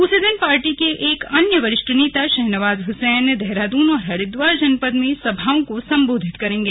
उसी दिन पार्टी के एक अन्य वरिष्ठ नेता शहनवाज हसैन देहरादून और हरिद्वार जनपद में सभाओं को सबोधित करेंगे